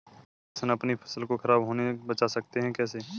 क्या किसान अपनी फसल को खराब होने बचा सकते हैं कैसे?